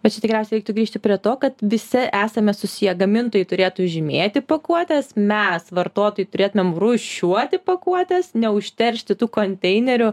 bet čia tikriausiai reiktų grįžti prie to kad visi esame susiję gamintojai turėtų žymėti pakuotes mes vartotojai turėtumėm rūšiuoti pakuotes neužteršti tų konteinerių